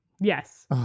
Yes